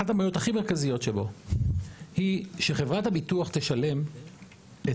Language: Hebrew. אחת הבעיות הכי מרכזיות שבו היא שחברת הביטוח תשלם את